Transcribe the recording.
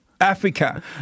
Africa